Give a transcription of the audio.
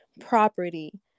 property